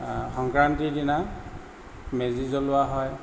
সংক্ৰান্তিৰ দিনা মেজি জ্বলোৱা হয়